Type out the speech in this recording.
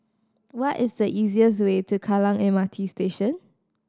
what is the easiest way to Kallang M R T Station